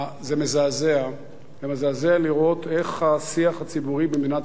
זה מזעזע לראות איך השיח הציבורי במדינת